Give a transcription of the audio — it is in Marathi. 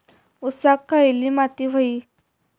ऊसाक खयली माती व्हयी?